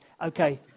Okay